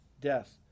death